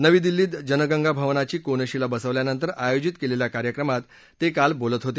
नवी दिल्ली धिं जनगंगा भवनाची कोनशिला बसवल्यानंतर आयोजित केलेल्या कार्यक्रमात ते काल बोलत होते